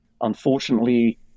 Unfortunately